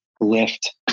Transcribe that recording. lift